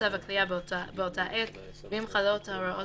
במצב הכליאה באותה עת, ואם חלות הוראות